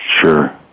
Sure